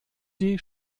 die